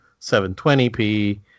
720p